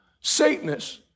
Satanists